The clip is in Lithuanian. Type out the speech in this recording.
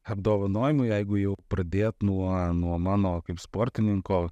apdovanojimai jeigu jau pradėt nuo nuo mano kaip sportininko